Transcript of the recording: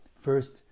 first